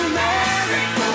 America